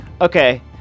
Okay